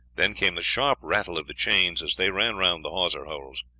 then came the sharp rattle of the chains as they ran round the hawser holes.